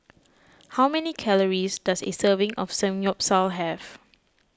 how many calories does a serving of Samgyeopsal have